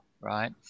right